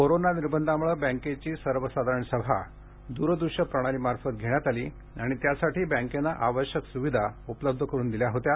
corona निर्बंधांमुळे बँकेची सर्वसाधारण सभा दूरदृष्यप्रणाली मार्फत घेण्यात आली आणि त्यासाठी बँकेनं आवश्यक सुविधा उपलब्ध करून दिल्या होत्या